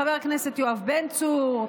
חבר הכנסת יואב בן צור,